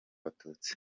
abatutsi